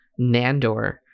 Nandor